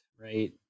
right